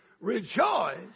rejoice